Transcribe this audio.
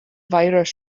firws